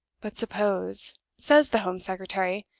but suppose says the home secretary,